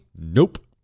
Nope